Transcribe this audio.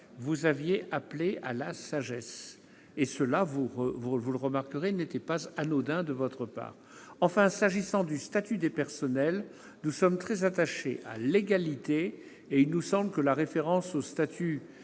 nous avions déposé à ce sujet ; ce n'était pas anodin de votre part. Enfin, s'agissant du statut des personnels, nous sommes très attachés à l'égalité et il nous semble que la référence au statut